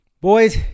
Boys